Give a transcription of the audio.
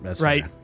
right